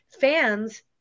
fans